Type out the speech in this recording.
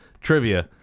Trivia